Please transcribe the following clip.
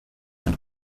man